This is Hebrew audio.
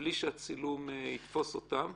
בלי שהצילום יתפוס אותן.